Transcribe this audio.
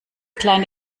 kleine